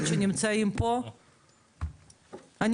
אני